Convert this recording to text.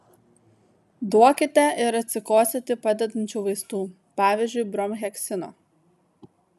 duokite ir atsikosėti padedančių vaistų pavyzdžiui bromheksino